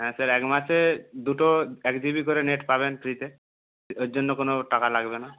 হ্যাঁ স্যার এক মাসে দুটো এক জি বি করে নেট পাবেন ফ্রিতে ওর জন্য কোনো টাকা লাগবে না